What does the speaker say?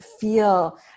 feel